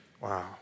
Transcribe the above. Wow